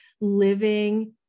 living